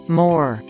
more